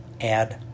add